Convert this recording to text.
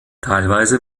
teilweise